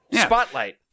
Spotlight